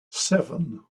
seven